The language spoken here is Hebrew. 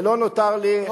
ולא נותר לי,